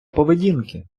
поведінки